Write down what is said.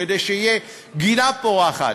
כדי שיהיה גינה פורחת.